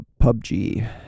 PUBG